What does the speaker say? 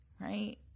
right